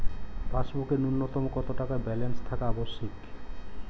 পাসবুকে ন্যুনতম কত টাকা ব্যালেন্স থাকা আবশ্যিক?